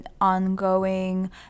ongoing